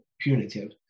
punitive